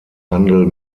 handel